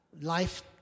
life